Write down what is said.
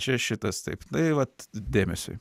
čia šitas taip na vat dėmesiui